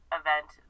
event